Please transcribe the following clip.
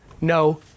No